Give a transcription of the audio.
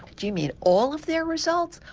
do you mean all of their results,